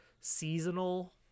seasonal